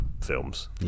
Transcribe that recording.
films